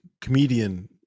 comedian